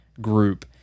group